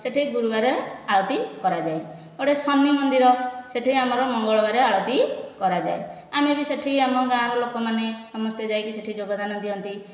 ସେଠେଇ ଗୁରୁବାର ଆଳତି କରାଯାଏ ଆଉ ଗୋଟିଏ ଶନି ମନ୍ଦିର ସେଠେଇ ଆମର ମଙ୍ଗଳବାର ଆଳତି କରାଯାଏ ଆମେ ବି ସେହିଠି ଆମ ଗାଁର ଲୋକମାନେ ସମସ୍ତେ ଯାଇକି ସେହିଠି ଯୋଗ ଦାନ ଦିଅନ୍ତି